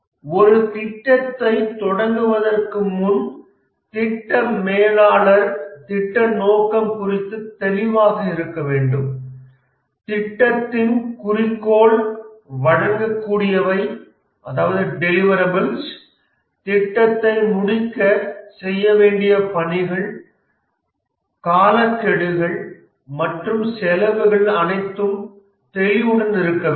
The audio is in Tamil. ஒரு திட்டத்தைத் தொடங்குவதற்கு முன் திட்ட மேலாளர் திட்ட நோக்கம் குறித்து தெளிவாக இருக்க வேண்டும் திட்டத்தின் குறிக்கோள் வழங்கக்கூடியவை திட்டத்தை முடிக்க செய்ய வேண்டிய பணிகள் காலக்கெடுக்கள் மற்றும் செலவுகள் அனைத்தும் தெளிவுடன் இருக்க வேண்டும்